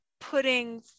putting